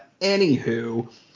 Anywho